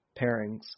pairings